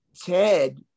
Ted